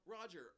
Roger